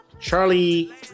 Charlie